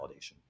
validation